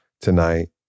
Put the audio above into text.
tonight